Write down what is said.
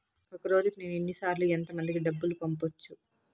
ఒక రోజుకి నేను ఎన్ని సార్లు ఎంత మందికి డబ్బులు పంపొచ్చు?